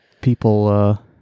people